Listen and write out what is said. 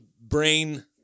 brain